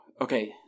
Okay